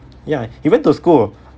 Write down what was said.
ya he went to school